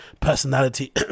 personality